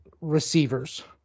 receivers